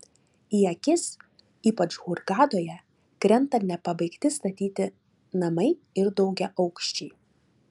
į akis ypač hurgadoje krenta nepabaigti statyti namai ir daugiaaukščiai